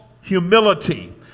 humility